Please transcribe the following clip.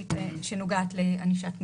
המסורתית שנוגעת לענישת מינימום.